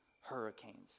hurricanes